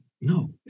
No